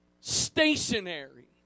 stationary